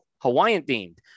Hawaiian-themed